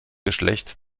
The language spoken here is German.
geschlecht